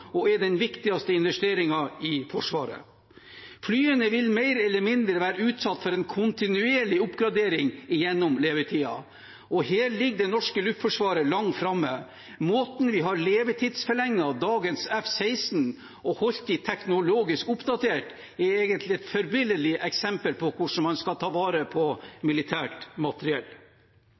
og er den viktigste investeringen i Forsvaret. Flyene vil mer eller mindre være utsatt for en kontinuerlig oppgradering gjennom levetiden, og her ligger det norske luftforsvaret langt framme. Måten vi har levetidsforlenget dagens F-16 på og holdt dem teknologisk oppdatert, er egentlig et forbilledlig eksempel på hvordan man skal ta vare på militært materiell.